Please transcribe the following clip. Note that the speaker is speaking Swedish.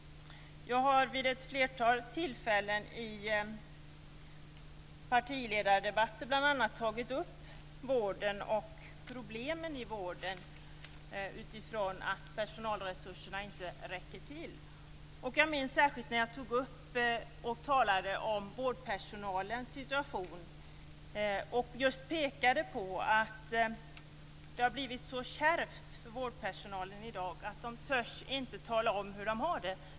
Jag har vid ett flertal tillfällen, bl.a. i partiledardebatter, tagit upp vården och problemen i vården utifrån att personalresurserna inte räcker till. Jag minns särskilt när jag talade om vårdpersonalens situation och pekade på att det i dag har blivit så kärvt för vårdpersonalen att den inte törs tala om hur den har det.